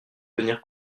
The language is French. tenir